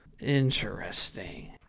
Interesting